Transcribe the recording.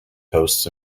posts